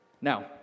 Now